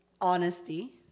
honesty